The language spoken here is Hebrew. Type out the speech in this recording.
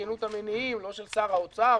בכנות המניעים לא של שר האוצר,